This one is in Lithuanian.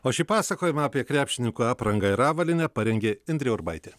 o šį pasakojimą apie krepšininkų aprangą ir avalynę parengė indrė urbaitė